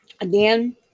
Again